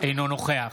אינו נוכח